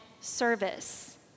service